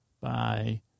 bye